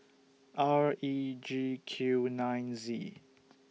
R E G Q nine Z